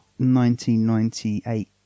1998